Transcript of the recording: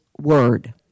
word